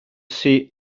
see